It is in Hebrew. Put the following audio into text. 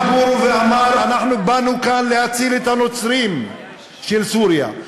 עמד הגנרל גורו ואמר: באנו לכאן להציל את הנוצרים של סוריה.